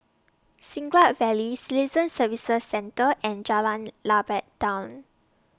Siglap Valley Citizen Services Centre and Jalan Lebat Daun